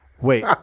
Wait